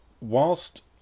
whilst